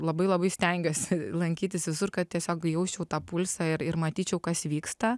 labai labai stengiuosi lankytis visur kad tiesiog jausčiau tą pulsą ir ir matyčiau kas vyksta